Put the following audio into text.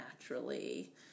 naturally